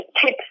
tips